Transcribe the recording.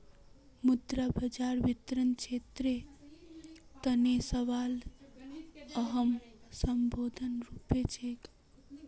मुद्रा बाजार वित्तीय क्षेत्रेर तने सबसे अहम साधनेर रूपत छिके